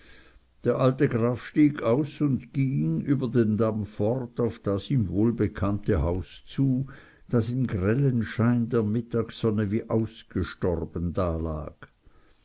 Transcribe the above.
der alte graf stieg aus und ging über den damm fort auf das ihm wohl bekannte haus zu das im grellen scheine der mittagssonne wie ausgestorben dalag